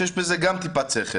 שיש בזה גם טיפת שכל.